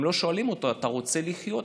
גם לא שואלים אותו: אתה רוצה לחיות,